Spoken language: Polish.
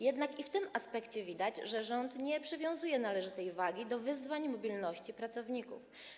Jednak i w tym aspekcie widać, że rząd nie przywiązuje należytej wagi do wyzwań związanych z mobilnością pracowników.